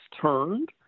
turned